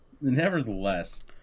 nevertheless